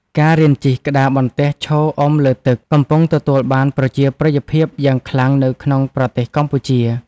ការរៀនជិះក្តារបន្ទះឈរអុំលើទឹក កំពុងទទួលបានប្រជាប្រិយភាពយ៉ាងខ្លាំងនៅក្នុងប្រទេសកម្ពុជា។